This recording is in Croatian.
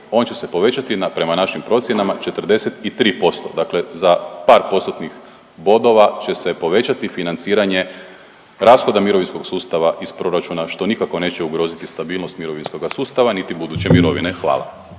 On će se povećati prema našim procjenama 43%. Dakle, za par postotnih bodova će se povećati financiranje rashoda mirovinskog sustava iz proračuna što nikako neće ugroziti stabilnost mirovinskog sustava niti buduće mirovine. Hvala.